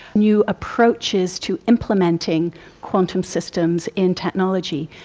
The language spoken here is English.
new approaches to implementing quantum systems in technology.